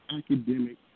academic